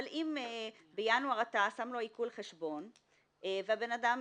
אבל אם בינואר אתה שם לו עיקול חשבון, והבן אדם